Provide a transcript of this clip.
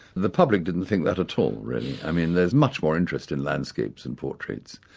the public didn't think that at all, really. i mean there's much more interest in landscapes and portraits,